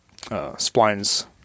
splines